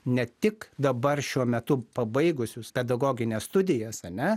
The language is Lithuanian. ne tik dabar šiuo metu pabaigusius pedagogines studijas ane